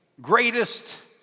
greatest